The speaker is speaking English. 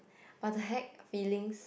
but the heck feelings